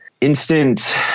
instant